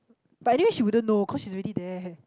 but I think she wouldn't know cause she already there eh